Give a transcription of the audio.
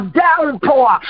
downpour